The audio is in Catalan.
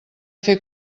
fer